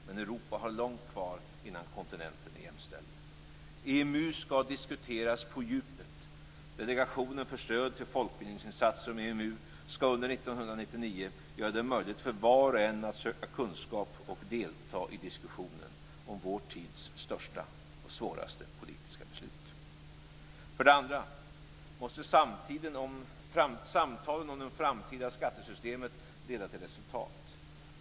Men Europa har långt kvar innan kontinenten är jämställd. EMU skall diskuteras på djupet. Delegationen för stöd till folkbildningsinsatser om EMU skall under 1999 göra det möjligt för var och en att söka kunskap och delta i diskussionen om vår tids största och svåraste politiska beslut. För det andra: Samtalen om det framtida skattesystemet måste leda till resultat.